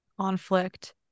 conflict